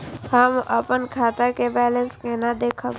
हम अपन खाता के बैलेंस केना देखब?